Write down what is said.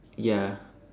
ya